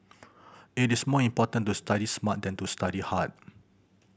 it is more important to study smart than to study hard